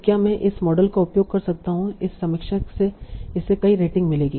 तो क्या मैं इस मॉडल का उपयोग कर सकता हूं इस समीक्षा से इसे कई रेटिंग मिलेंगी